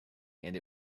and